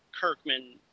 Kirkman